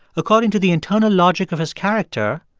according to the internal logic of his character,